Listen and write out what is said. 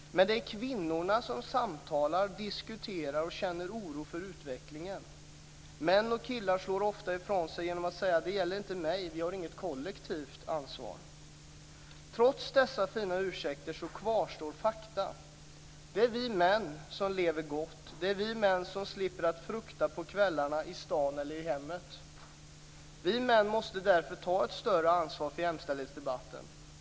Men det är kvinnorna som samtalar, diskuterar och känner oro för utvecklingen. Män och killar slår ofta ifrån sig genom att säga att det inte gäller dem, att de inte har något kollektivt ansvar. Trots dessa fina ursäkter kvarstår fakta. Det är vi män som lever gott, det är vi män som slipper att känna fruktan på kvällarna, i stan eller i hemmet. Vi män måste därför ta ett större ansvar för jämställdhetsdebatten.